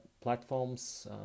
platforms